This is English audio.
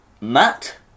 Matt